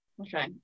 okay